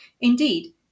Indeed